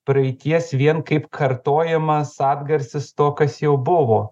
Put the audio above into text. praeities vien kaip kartojamas atgarsis to kas jau buvo